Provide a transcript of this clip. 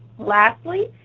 lastly,